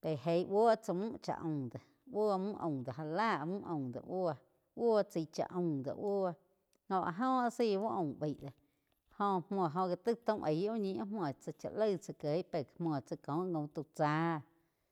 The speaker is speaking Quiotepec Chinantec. pe eig buo tsá múh chá aum do buo muh aum do já mu aum do buo. Buo chaí cha aum do buo jo áh joh zái uh aum baí do jó muo jo gá taig taum aig úh ñi áh muo tsá chá laig tsá kieg pe muo tsá kóh gaum tau cháh.